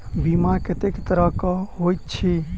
बीमा कत्तेक तरह कऽ होइत छी?